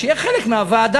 שיהיה חלק מהוועדה.